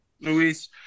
Luis